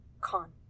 Con